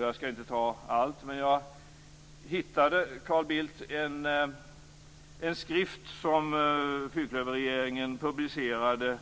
Jag skall inte ta allt, Carl Bildt, men jag hittade en skrift som fyrklöverregeringen publicerade